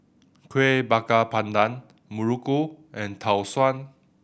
Kueh Bakar Pandan Muruku and Tau Suan